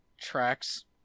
tracks